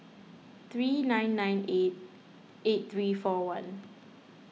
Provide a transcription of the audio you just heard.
three nine nine eight eight three four one